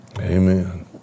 Amen